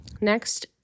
Next